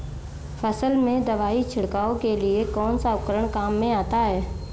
फसल में दवाई छिड़काव के लिए कौनसा उपकरण काम में आता है?